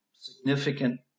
significant